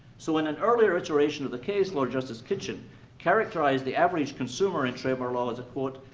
so in an earlier iteration of the case lord justice kitchen characterized the average consumer in trademark law as a, quote,